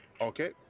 okay